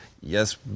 yes